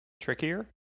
trickier